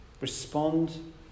Respond